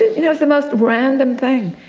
it was the most random thing.